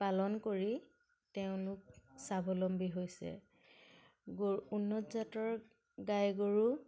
পালন কৰি তেওঁলোক স্বাৱলম্বী হৈছে গৰু উন্নত জাতৰ গাই গৰু